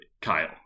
Kyle